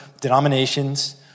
denominations